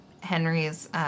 Henry's